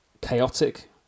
chaotic